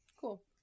cool